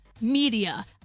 media